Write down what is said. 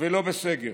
ולא בסגר,